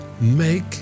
make